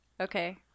Okay